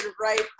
right